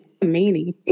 meanie